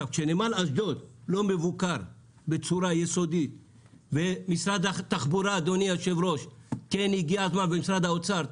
כשנמל אשדוד לא מבוקר בצורה יסודית ומשרד התחבורה ומשרד האוצר,